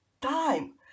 time